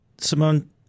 Simone